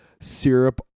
syrup